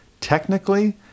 technically